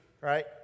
Right